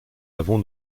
avons